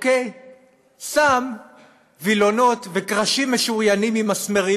שֹם וילונות וקרשים משוריינים עם מסמרים,